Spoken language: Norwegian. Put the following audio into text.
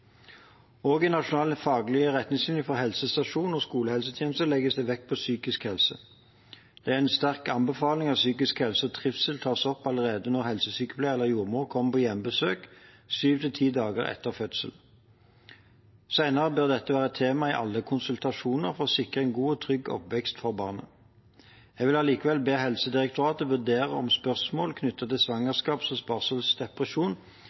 i Nasjonal faglig retningslinje for helsestasjons- og skolehelsetjenesten legges det vekt på psykisk helse. Det er en sterk anbefaling at psykisk helse og trivsel tas opp allerede når helsesykepleier eller jordmor kommer på hjemmebesøk sju–ti dager etter fødsel. Senere bør dette være tema i alle konsultasjoner for å sikre en god og trygg oppvekst for barnet. Jeg vil allikevel be Helsedirektoratet vurdere om spørsmål knyttet til svangerskaps- eller barselsdepresjon